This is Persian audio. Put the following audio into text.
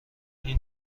این